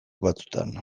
batzuetan